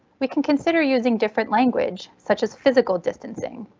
we can consider using different language such as physical distancing.